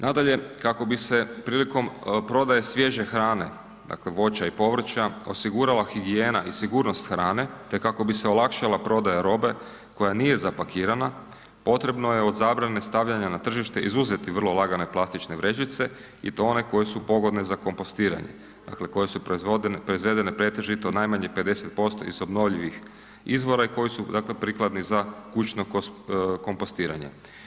Nadalje, kako bi se prilikom prodaje svježe hrane, dakle voća i povrća osigurala higijena i sigurnost hrane te kako bi se olakšala prodaja robe koja nije zapakirana potrebno je od zabrane stavljanja na tržište izuzeti vrlo lagane plastične vrećice i to one koje su pogodne za kompostiranje, dakle koje su proizvedene pretežito najmanje 50% iz obnovljivih izvora i koje su prikladne za kućno kompostiranje.